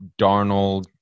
Darnold